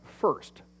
first